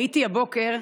הייתי הבוקר,